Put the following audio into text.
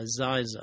Aziza